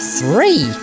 three